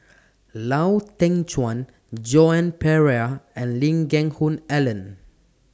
Lau Teng Chuan Joan Pereira and Lee Geck Hoon Ellen